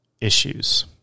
issues